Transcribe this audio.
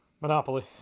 Monopoly